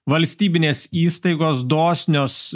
valstybinės įstaigos dosnios